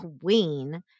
queen